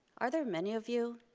are there many of you?